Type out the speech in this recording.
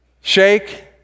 shake